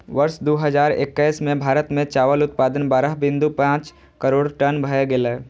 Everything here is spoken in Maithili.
वर्ष दू हजार एक्कैस मे भारत मे चावल उत्पादन बारह बिंदु पांच करोड़ टन भए गेलै